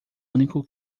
único